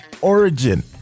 origin